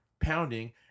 pounding